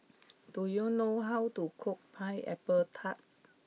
do you know how to cook pineapple Tart